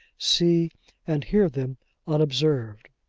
see and hear them unobserved.